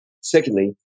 Secondly